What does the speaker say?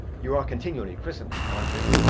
you are continually christening, aren't you?